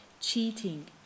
cheating